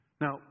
now